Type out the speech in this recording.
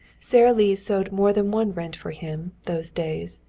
sara lee sewed more than one rent for him, those days,